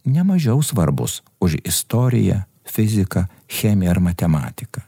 nemažiau svarbus už istoriją fiziką chemiją ar matematiką